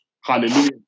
Hallelujah